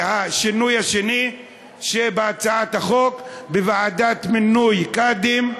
והשינוי השני שבהצעת החוק: בוועדה למינוי קאדים,